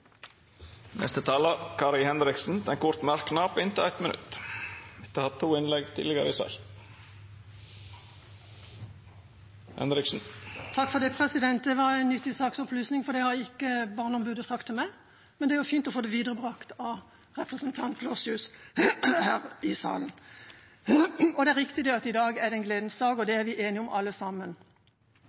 Kari Henriksen har hatt ordet to gonger tidlegare og får ordet til ein kort merknad, avgrensa til 1 minutt. Det var en nyttig saksopplysning, for det har ikke Barneombudet sagt til meg. Men det er jo fint å få det viderebrakt av representanten Gleditsch Lossius her i salen. Det er riktig at i dag er en gledens dag, det er vi alle sammen enige om.